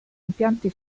impianti